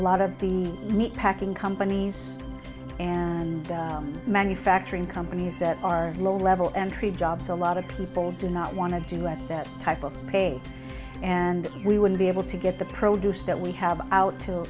lot of the meat packing companies and manufacturing companies that are low level entry jobs a lot of people do not want to direct that type of paper and we wouldn't be able to get the produce that we have out to